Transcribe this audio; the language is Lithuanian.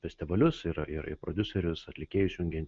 festivalius ir ir prodiuserius atlikėjus jungianti